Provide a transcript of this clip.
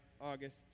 August